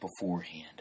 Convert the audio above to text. beforehand